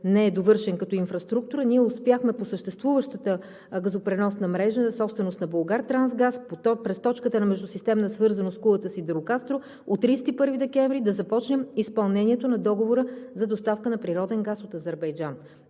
не е довършен като инфраструктура, ние успяхме по съществуващата газопреносна мрежа, собственост на „Булгартрансгаз“ през точката на междусистемна свързаност Кулата – Сидирокастро от 31 декември да започнем изпълнението на договора за доставка на природен газ от Азербайджан.